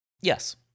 yes